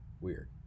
weird